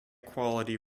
quality